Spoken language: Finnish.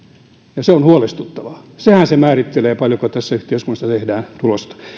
ja se on huolestuttavaa sehän se määrittelee paljonko tässä yhteiskunnassa tehdään tulosta